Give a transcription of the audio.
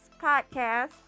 podcast